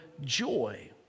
joy